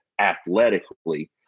Athletically